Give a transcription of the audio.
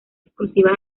exclusiva